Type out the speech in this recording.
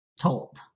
told